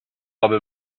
barbe